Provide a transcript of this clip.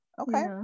okay